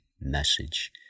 message